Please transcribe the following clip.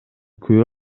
күбө